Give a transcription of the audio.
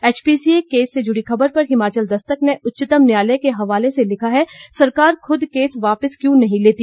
HPCA case से जुड़ी खबर पर हिमाचल दस्तक ने उच्चतम न्यायालय के हवाले से लिखा है सरकार खुद केस वापिस क्यों नहीं लेती